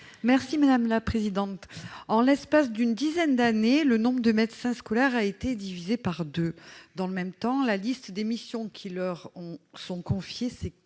Merci madame la présidente en l'espace d'une dizaine d'années, le nombre de médecins scolaires a été divisé par 2 dans le même temps, la liste des missions qui leur ont sont confiés s'est